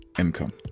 Income